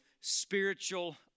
spiritual